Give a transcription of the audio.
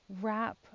wrap